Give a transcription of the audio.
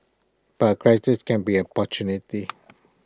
but A crisis can be an opportunity